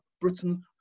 britain